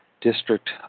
District